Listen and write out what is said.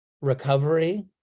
recovery